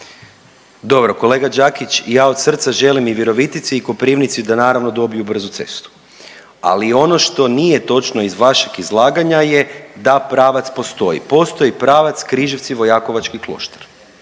Dobro, kolega Đakić, ja od srca želim i Virovitici i Koprivnici da naravno dobiju brzu cestu, ali ono što nije točno iz vašeg izlaganja je da pravac postoji, postoji pravac Križevci-Vojakovački Kloštar,